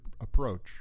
approach